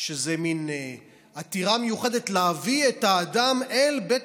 שזה מין עתירה מיוחדת להביא את האדם אל בית